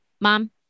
mom